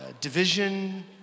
division